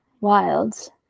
wilds